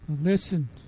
Listen